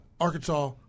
Arkansas